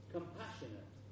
Compassionate